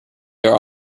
are